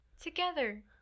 together